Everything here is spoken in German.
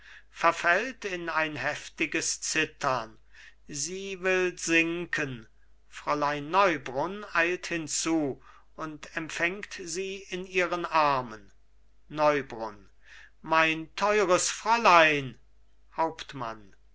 verfällt in ein heftiges zittern sie will sinken fräulein neubrunn eilt hinzu und empfängt sie in ihren armen neubrunn mein teures fräulein hauptmann